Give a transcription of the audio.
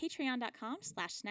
patreon.com/slash